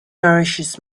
nourishes